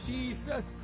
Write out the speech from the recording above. Jesus